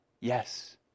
yes